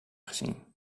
gezien